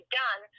done